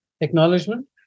acknowledgement